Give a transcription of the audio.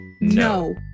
No